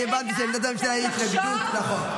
אני הבנתי שעמדת הממשלה היא התנגדות לחוק.